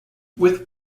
with